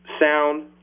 sound